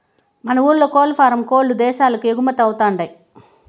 మన ఊర్ల కోల్లఫారం కోల్ల్లు ఇదేశాలకు ఎగుమతవతండాయ్